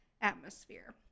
atmosphere